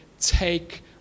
take